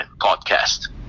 Podcast